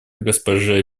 госпоже